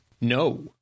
No